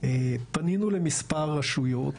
פנינו למספר רשויות